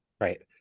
Right